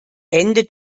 ende